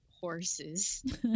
horses